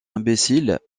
imbécile